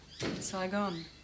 Saigon